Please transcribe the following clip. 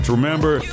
Remember